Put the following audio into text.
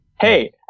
Hey